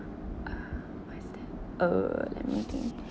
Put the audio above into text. uh let me think